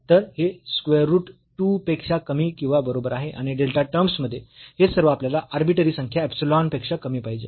तर हे square root 2 पेक्षा कमी किंवा बरोबर आहे आणि डेल्टाच्या टर्म्स मध्ये आणि हे सर्व आपल्याला आर्बिट्ररी संख्या इप्सिलॉन पेक्षा कमी पाहिजे आहे